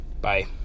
Bye